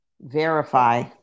Verify